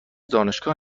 دانشگاه